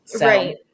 Right